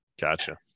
Gotcha